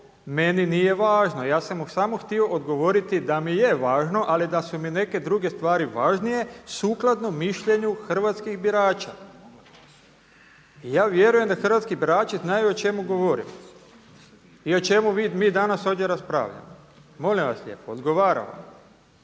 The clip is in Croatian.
meni nije važno. Ja sam mu samo htio odgovoriti da mi je važno, ali da su mi neke druge stvari važnije sukladno mišljenju hrvatskih birača. I ja vjerujem da hrvatski birači znaju o čemu govorim i o čemu mi danas ovdje raspravljamo. Molim vas lijepo odgovaram